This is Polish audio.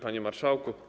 Panie Marszałku!